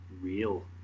real